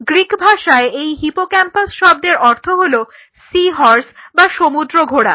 Greek ভাষায় এই hippocampus শব্দের অর্থ হলো সী হর্স বা সমুদ্র ঘোড়া